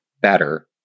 Better